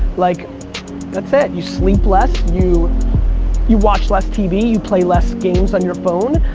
like that's it. you sleep less. you you watch less tv, you play less games on your phone.